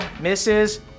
Misses